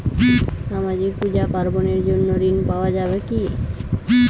সামাজিক পূজা পার্বণ এর জন্য ঋণ পাওয়া যাবে কি?